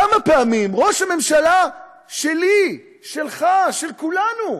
כמה פעמים ראש הממשלה שלי, שלך, של כולנו,